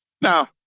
Now